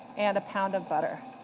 and a pound of butter.